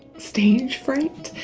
stage fright.